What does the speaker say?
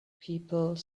people